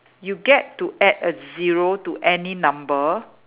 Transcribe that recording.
you get to add a zero to any number